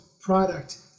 product